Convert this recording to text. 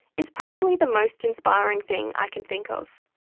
is probably the most inspiring thing i can think of.